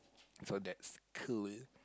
so that's cool